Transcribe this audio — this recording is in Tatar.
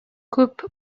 күп